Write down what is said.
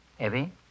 Evie